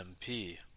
MP